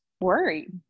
worried